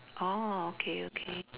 orh okay okay